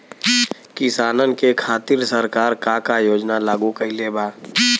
किसानन के खातिर सरकार का का योजना लागू कईले बा?